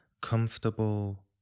comfortable